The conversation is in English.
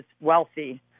wealthy